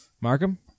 Markham